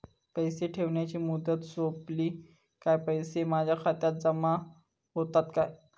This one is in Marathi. पैसे ठेवल्याची मुदत सोपली काय पैसे माझ्या खात्यात जमा होतात काय?